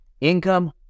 income